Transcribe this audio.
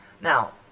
Now